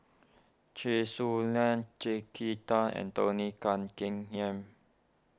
Chen Su Lan Kin Tat and Tony Keng Yam